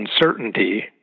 uncertainty